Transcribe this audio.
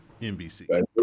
NBC